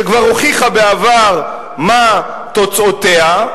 שכבר הוכיחה בעבר מה תוצאותיה,